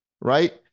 right